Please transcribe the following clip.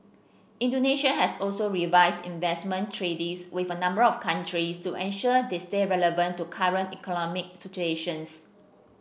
Indonesia has also revised investment treaties with a number of countries to ensure they stay relevant to current economic situations